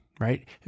right